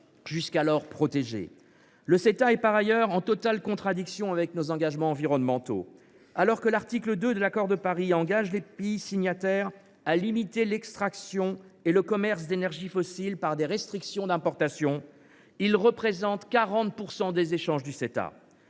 jusqu’alors protégés. Le Ceta est, par ailleurs, en totale contradiction avec nos engagements environnementaux. Alors que l’article 2 de l’accord de Paris engage les pays signataires à limiter l’extraction et le commerce d’énergies fossiles par des restrictions d’importations, ces derniers représentent 40 % des échanges visés